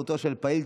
סיעת